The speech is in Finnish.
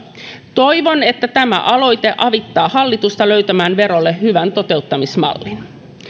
toivon että tämä aloite avittaa hallitusta löytämään verolle hyvän toteuttamismallin